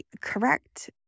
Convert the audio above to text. correct